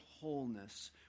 wholeness